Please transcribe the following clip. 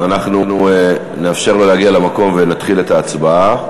אנחנו נאפשר לו להגיע למקום ונתחיל בהצבעה.